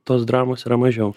tos dramos yra mažiau